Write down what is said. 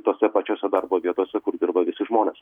tose pačiose darbo vietose kur dirba visi žmonės